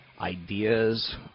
ideas